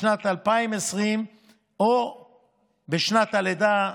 בשנת 2020 או בשנת הלידה,